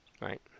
Right